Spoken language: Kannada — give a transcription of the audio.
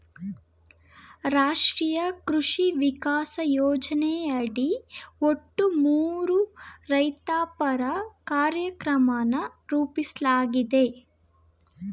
ರಾಷ್ಟ್ರೀಯ ಕೃಷಿ ವಿಕಾಸ ಯೋಜನೆಯಡಿ ಒಟ್ಟು ಮೂರು ರೈತಪರ ಕಾರ್ಯಕ್ರಮನ ರೂಪಿಸ್ಲಾಗಿದೆ